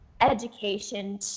education